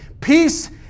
Peace